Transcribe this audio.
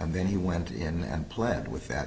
and then he went in and pled with that